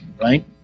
Right